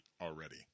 already